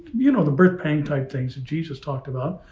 you know, the birth pang type things that jesus talked about.